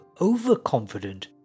overconfident